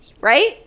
Right